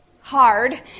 hard